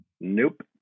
Nope